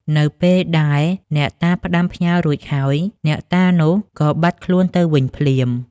នៅពេលដែលអ្នកតាផ្ដាំផ្ញើររួចហើយ អ្នកតានោះក៏បាត់ខ្លួនទៅវិញភ្លាម។